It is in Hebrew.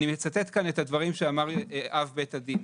אני מצטט כאן את הדברים שאמר אב בית הדין